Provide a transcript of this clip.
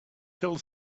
till